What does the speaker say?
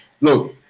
Look